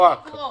לא רק.